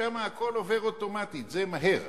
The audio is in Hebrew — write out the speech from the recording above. שם הכול עובר אוטומטית, זה מהר.